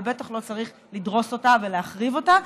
אבל בטח לא צריך לדרוס אותה ולהחריב אותה.